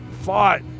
fought